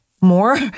more